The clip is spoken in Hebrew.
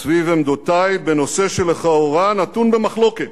סביב עמדותי בנושא שלכאורה נתון במחלוקת,